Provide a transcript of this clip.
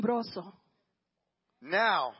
Now